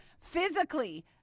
physically